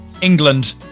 England